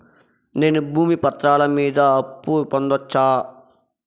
నేను భూమి పత్రాల మీద అప్పు పొందొచ్చా?